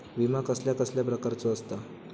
विमा कसल्या कसल्या प्रकारचो असता?